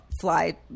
fly